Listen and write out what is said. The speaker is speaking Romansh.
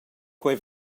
quei